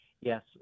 Yes